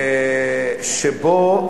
שבו,